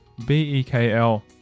BEKL